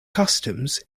customs